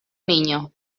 niño